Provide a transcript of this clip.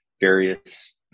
various